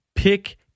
pick